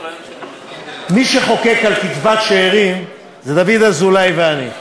מי שחוקק על קצבת שאירים זה דוד אזולאי ואני.